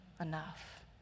enough